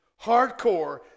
hardcore